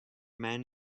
men